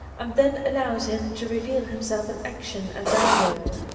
and then allows him to reveal himself in action and dialogue.